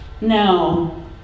No